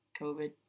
COVID